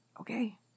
okay